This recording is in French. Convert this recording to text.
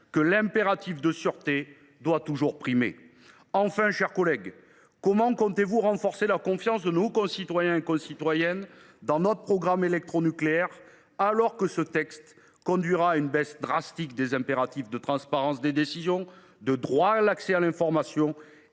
que l’impératif de sûreté doit toujours primer. Enfin, mes chers collègues, comment comptez vous renforcer la confiance de nos concitoyennes et concitoyens dans le programme électronucléaire, alors que ce texte conduira à une baisse drastique des impératifs de transparence des décisions, de droit à l’accès à l’information